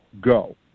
go